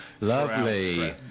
Lovely